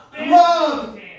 Love